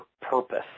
purpose